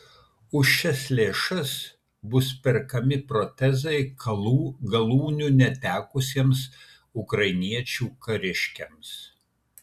už šias lėšas bus perkami protezai galūnių netekusiems ukrainiečių kariškiams